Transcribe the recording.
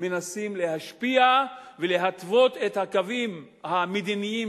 מנסים להשפיע ולהתוות את הקווים המדיניים